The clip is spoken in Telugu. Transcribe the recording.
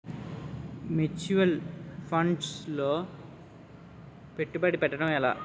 ముచ్యువల్ ఫండ్స్ లో పెట్టుబడి పెట్టడం ఎలా?